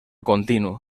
continu